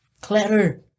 Clutter